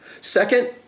Second